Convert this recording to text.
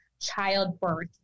childbirth